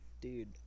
Dude